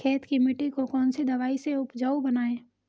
खेत की मिटी को कौन सी दवाई से उपजाऊ बनायें?